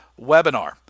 webinar